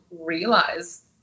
realize